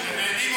כשנהנים עובר מהר.